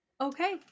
Okay